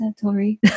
Tori